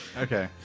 Okay